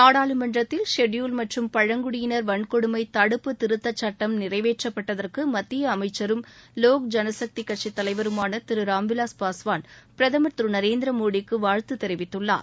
நாடாளுமன்றத்தில் ஷெட்யூல் மற்றும் பழங்குடியினர் மீதான வன்கொடுமை தடுப்பு திருத்த சுட்டம் நிறைவேற்றப்பட்டதற்கு மத்திய அமைச்சரும் லோக் ஜனசக்தி கட்சித் தலைவருமான திரு ராம்விலாஸ் பஸ்வான் பிரதமர் திரு நரேந்திர மோடிக்கு வாழ்த்து தெரிவித்துள்ளார்